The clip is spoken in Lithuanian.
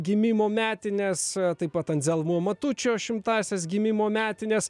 gimimo metines taip pat anzelmo matučio šimtąsias gimimo metines